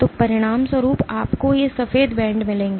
तो परिणामस्वरूप आपको ये सफेद बैंड मिलेंगे